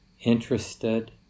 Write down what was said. interested